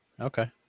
Okay